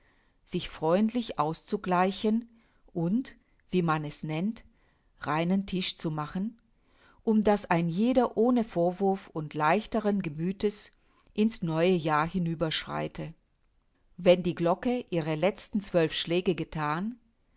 sich freundlich auszugleichen und wie man es nennt reinen tisch zu machen um daß ein jeder ohne vorwurf und leichteren gemüthes in's neue jahr hinüber schreite wenn die glocke ihre letzten zwölf schläge gethan